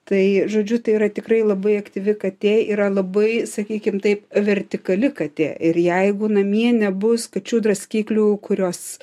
tai žodžiu tai yra tikrai labai aktyvi katė yra labai sakykim taip vertikali katė ir jeigu namie nebus kačių draskiklių kurios